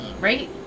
right